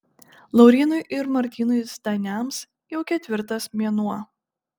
laurynui ir martynui zdaniams jau ketvirtas mėnuo